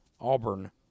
Auburn